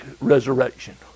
resurrection